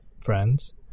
friends